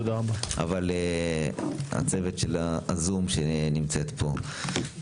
אבל הצוות של הזום שנמצאת פה,